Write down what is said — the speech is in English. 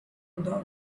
doubt